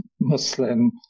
Muslim